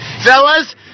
Fellas